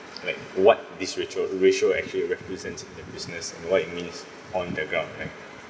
like what ratio ratio actually represents in the business and what it means on the ground like